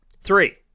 Three